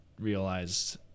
realized